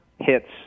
hits